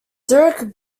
dirk